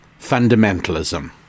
fundamentalism